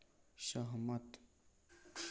सहमत